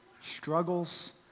struggles